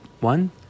one